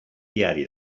diari